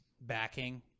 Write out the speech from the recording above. backing